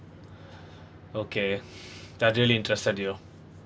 okay that really interested you